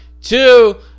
two